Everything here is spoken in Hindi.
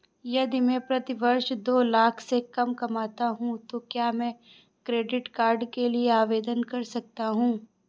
यदि मैं प्रति वर्ष दो लाख से कम कमाता हूँ तो क्या मैं क्रेडिट कार्ड के लिए आवेदन कर सकता हूँ?